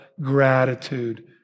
gratitude